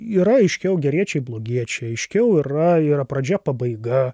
yra aiškiau geriečiai blogiečiai aiškiau yra pradžia pabaiga